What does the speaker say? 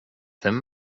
them